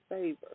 favor